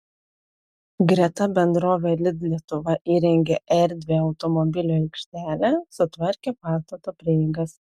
greta bendrovė lidl lietuva įrengė erdvią automobilių aikštelę sutvarkė pastato prieigas